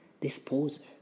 Disposer